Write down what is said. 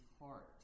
heart